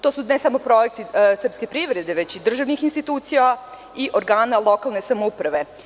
To su ne samo projekti srpske privrede, već i državnih institucija i organa lokalne samouprave.